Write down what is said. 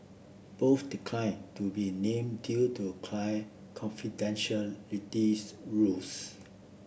both declined to be named due to client confidentiality rules